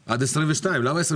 לא, אני מוכן להגיד מה שהיה.